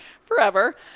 forever